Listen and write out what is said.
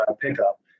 pickup